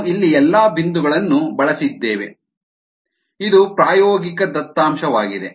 ನಾವು ಇಲ್ಲಿ ಎಲ್ಲಾ ಬಿಂದುಗಳನ್ನು ಬಳಸಿದ್ದೇವೆ ಇದು ಪ್ರಾಯೋಗಿಕ ದತ್ತಾಂಶವಾಗಿದೆ